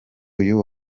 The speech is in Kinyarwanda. uyu